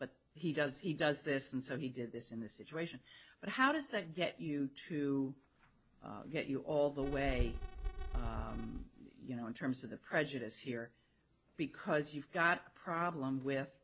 but he does he does this and so he did this in the situation but how does that get you to get you all the way you know in terms of the prejudice here because you've got a problem with